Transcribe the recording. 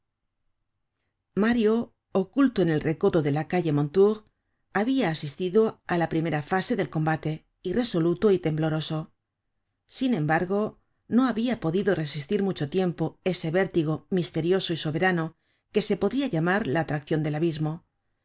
mario oculto en el recodo de la calle mondetour habia asistido á la primera fase del combate irresoluto y tembloroso sin embargo no habia podido resistir mucho tiempo ese vértigo misterioso y soberano que se podria llamar la atraccion del abismo